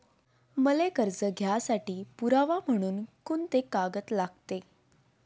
मले कर्ज घ्यासाठी पुरावा म्हनून कुंते कागद लागते?